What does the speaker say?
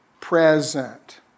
present